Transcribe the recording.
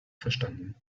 verstanden